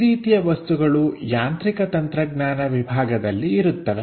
ಈ ರೀತಿಯ ವಸ್ತುಗಳು ಯಾಂತ್ರಿಕ ತಂತ್ರಜ್ಞಾನ ವಿಭಾಗದಲ್ಲಿ ಇರುತ್ತವೆ